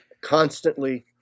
constantly